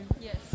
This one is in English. Yes